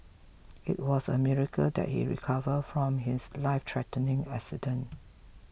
it was a miracle that he recover from his life threatening accident